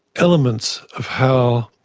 elements of how